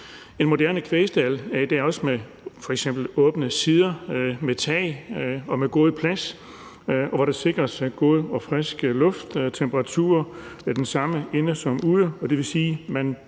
En moderne kvægstald er i dag også med f.eks. åbne sider, med tag og med god plads, og der sikres god og frisk luft, temperaturen er den samme inde som ude,